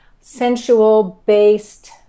sensual-based